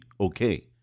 okay